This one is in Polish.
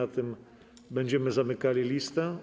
Po tym będziemy zamykali listę.